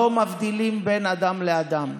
לא מבדילים בין אדם לאדם,